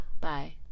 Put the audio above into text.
bye